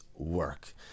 work